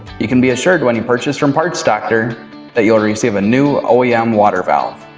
you can be assured when you purchase from parts dr that you will receive a new oem yeah um water valve.